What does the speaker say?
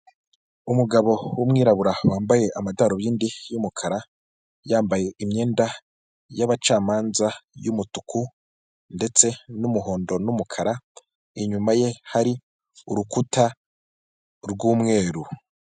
Umugabo w'umwirabura wambaye amadarubindi y'umukara yambaye imyenda y'abacamanza y'umutuku ndetse n'umuhondo n'umukara inyuma ye hari urukuta rw'umweru.